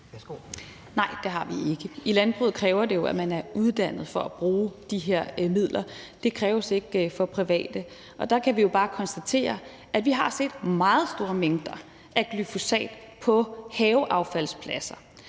Nej, det har vi ikke. I landbruget kræver det jo, at man er uddannet for at bruge de her midler. Det kræves ikke for private, og vi kan jo bare konstatere, at vi har set meget store mængder af glyfosat på haveaffaldspladser,